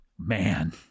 Man